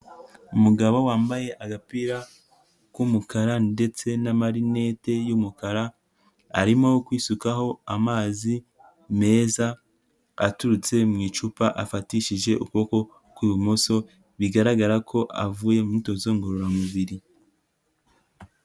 Umugabo wambaye agapira k'umukara ndetse na marinete y'umukara, arimo kwisukaho amazi meza aturutse mu icupa afatishije ukuboko kw'ibumoso, bigaragara ko avuye mu myitozo ngororamubiri.